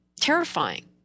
terrifying